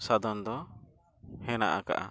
ᱥᱟᱫᱚᱢ ᱫᱚ ᱦᱮᱱᱟᱜ ᱟᱠᱟᱫᱼᱟ